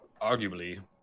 arguably